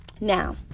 now